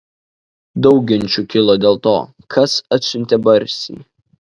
daug ginčų kilo dėl to kas atsiuntė barsį